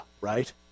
right